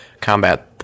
combat